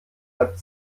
hat